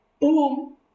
Boom